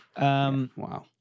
Wow